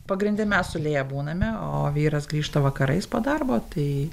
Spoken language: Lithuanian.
pagrinde mes su lėja būname o vyras grįžta vakarais po darbo tai